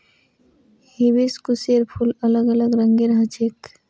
हिबिस्कुसेर फूल अलग अलग रंगेर ह छेक